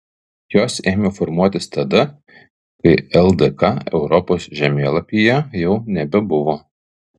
jos ėmė formuotis tada kai ldk europos žemėlapyje jau nebebuvo